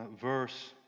verse